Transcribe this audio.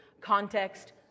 context